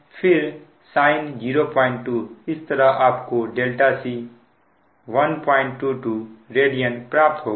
फिर sin 02 इस तरह आपको c 122 रेडियन प्राप्त होगा